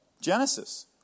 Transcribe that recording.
Genesis